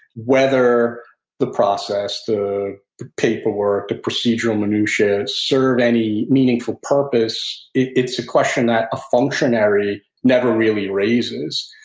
whether the process, the paperwork, the procedural minutiae, serve any meaningful purpose, it's a question that a functionary never really raises.